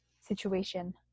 situation